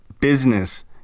business